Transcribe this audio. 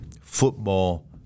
football